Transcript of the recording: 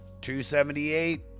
278